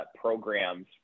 programs